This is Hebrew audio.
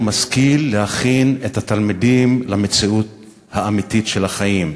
משכיל להכין את התלמידים למציאות האמיתית של החיים.